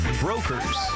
Brokers